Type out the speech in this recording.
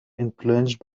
influenced